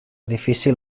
difícil